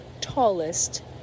tallest